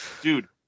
Dude